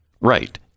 right